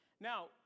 Now